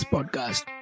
Podcast